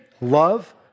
love